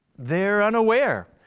they're unaware.